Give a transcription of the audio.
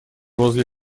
возле